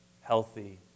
healthy